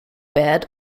bat